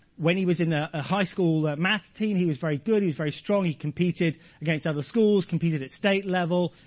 when he was in the ah high school math team, he was very good, he was very strong. he competed against other schools, competed at state level.